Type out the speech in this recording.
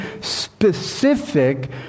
specific